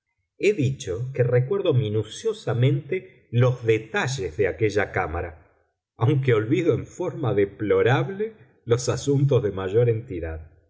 he dicho que recuerdo minuciosamente los detalles de aquella cámara aunque olvido en forma deplorable los asuntos de mayor entidad